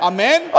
Amen